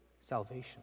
salvation